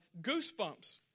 goosebumps